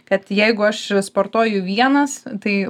kad jeigu aš sportuoju vienas tai